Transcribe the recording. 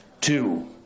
Two